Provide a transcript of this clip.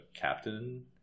captain